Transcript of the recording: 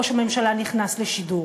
ראש הממשלה נכנס לשידור.